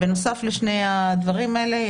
בנוסף לשני הדברים האלה,